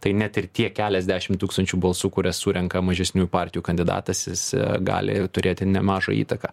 tai net ir tie keliasdešimt tūkstančių balsų kurias surenka mažesniųjų partijų kandidatas jis gali turėti nemažą įtaką